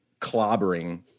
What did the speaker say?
clobbering